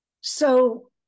So-